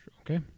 Okay